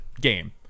game